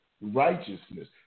righteousness